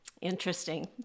Interesting